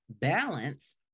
balance